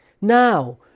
Now